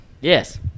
Yes